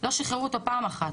לא שחררו אותו פעם אחת.